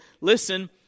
listen